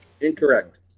Incorrect